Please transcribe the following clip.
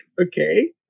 okay